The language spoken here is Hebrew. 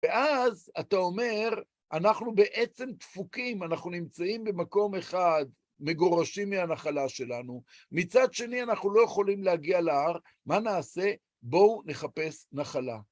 ואז אתה אומר, אנחנו בעצם דפוקים, אנחנו נמצאים במקום אחד, מגורשים מהנחלה שלנו, מצד שני, אנחנו לא יכולים להגיע להר, מה נעשה? בואו נחפש נחלה.